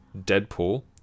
Deadpool